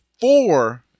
four-